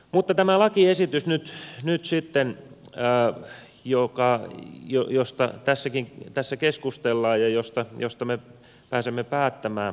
mutta tämä lakiesitys josta tässä nyt keskustellaan ja joukkoja jojosta pääsikin tässä keskustella josta josta me pääsemme päättämään